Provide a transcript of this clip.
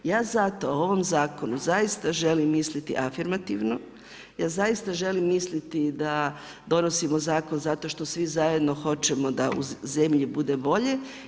Ja zato o ovom zakonu zaista želim misliti afirmativno, ja zaista želim misliti da donosimo zakon zato što svi zajedno hoćemo da u zemlji bude bolje.